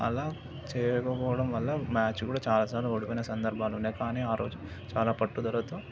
అలా చేయకపోవడం వల్ల మ్యాచ్ కూడా చాలాసార్లు ఓడిపోయిన సందర్భాలు ఉన్నాయి కానీ ఆ రోజు చాలా పట్టుదలతో